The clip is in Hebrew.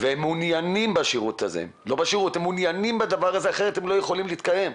והם מעוניינים בדבר הזה אחרת הם לא יכולים להתקיים.